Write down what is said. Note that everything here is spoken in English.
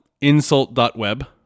insult.web